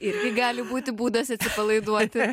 irgi gali būti būdas atsipalaiduoti